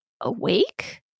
awake